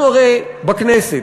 אנחנו בכנסת,